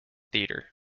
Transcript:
theatre